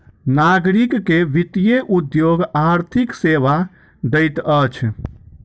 नागरिक के वित्तीय उद्योग आर्थिक सेवा दैत अछि